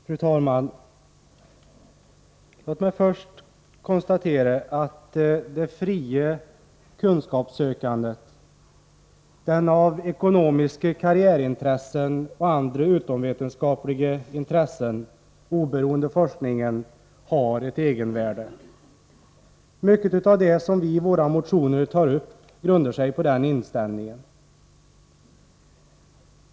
Fru talman! Låt mig först konstatera att det fria kunskapssökandet, den av ekonomiska, karriärintressen och andra utomvetenskapliga intressen oberoende forskningen har ett egenvärde. Mycket av det som vi i våra motioner tar upp grundar sig på den inställningen.